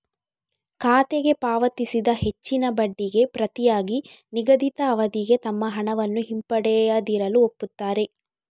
ಖಾತೆಗೆ ಪಾವತಿಸಿದ ಹೆಚ್ಚಿನ ಬಡ್ಡಿಗೆ ಪ್ರತಿಯಾಗಿ ನಿಗದಿತ ಅವಧಿಗೆ ತಮ್ಮ ಹಣವನ್ನು ಹಿಂಪಡೆಯದಿರಲು ಒಪ್ಪುತ್ತಾರೆ